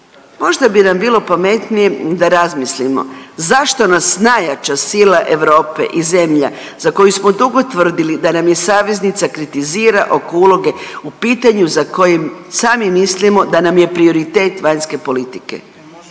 možda bi nam bilo pametnije da razmislimo zašto nas najjača sila Europe i zemlja za koju smo dugo tvrdili da nam je saveznica, kritizira oko uloge u pitanju za kojim sami mislimo da nam je prioritet vanjske politike.